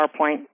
PowerPoint